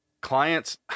clients